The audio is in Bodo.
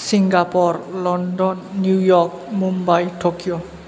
Singapore London New York Mumbai Tokyo